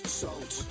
salt